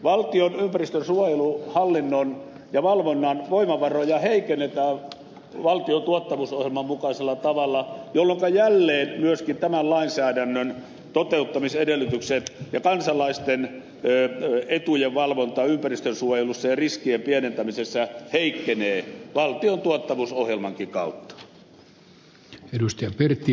valtion ympäristönsuojeluhallinnon ja valvonnan voimavaroja heikennetään valtion tuottavuusohjelman mukaisella tavalla jolloinka jälleen myöskin tämän lainsäädännön toteuttamisedellytykset ja kansalaisten etujen valvonta ympäristönsuojelussa ja riskien pienentämisessä heikkenee valtion tuottavuusohjelmankin kautta